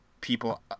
people